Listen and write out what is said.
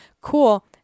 cool